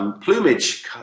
plumage